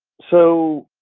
so,